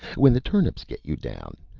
when the turnips get you down!